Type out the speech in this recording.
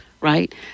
right